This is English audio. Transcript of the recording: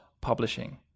publishing